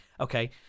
Okay